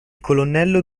colonnello